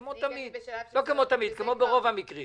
אם אנחנו נצביע בעד ופתאום יתברר שמבטלים את הפטור מהמס הזה,